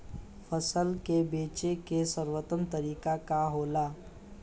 फसल के बेचे के सर्वोत्तम तरीका का होला?